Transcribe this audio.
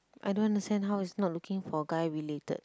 I don't understand how is not looking for a guy related